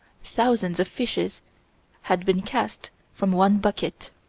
thousands of fishes had been cast from one bucket.